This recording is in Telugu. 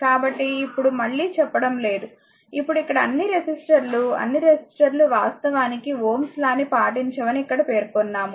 కాబట్టి ఇప్పుడు మళ్ళీ చెప్పడం లేదు ఇప్పుడు ఇక్కడ అన్ని రెసిస్టర్లు అన్ని రెసిస్టర్లు వాస్తవానికి Ω's లాΩ's lawని పాటించవని ఇక్కడ పేర్కొన్నాము